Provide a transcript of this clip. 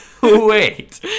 Wait